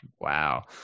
Wow